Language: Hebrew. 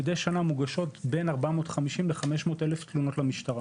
מידי שנה מוגשות בין 450,000 ל-500,000 תלונות למשטרה